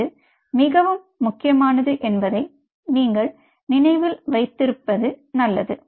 இது மிகவும் முக்கியமானது என்பதை நீங்கள் நினைவில் வைத்திருப்பது நல்லது